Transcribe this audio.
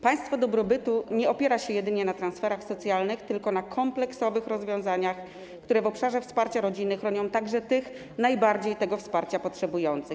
Państwo dobrobytu nie opiera się jedynie na transferach socjalnych, tylko na kompleksowych rozwiązaniach, które w obszarze wsparcia rodziny chronią także tych najbardziej tego wsparcia potrzebujących.